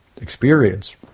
experience